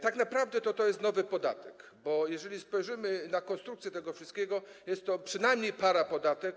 Tak naprawdę to jest to nowy podatek, bo jeżeli spojrzymy na konstrukcję tego wszystkiego, to jest to przynajmniej ukryty parapodatek.